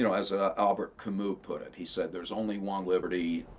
you know as albert camus put it, he said, there's only one liberty,